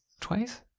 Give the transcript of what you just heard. twice